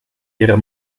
ihrer